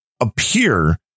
appear